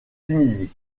tunisie